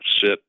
sit